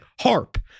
harp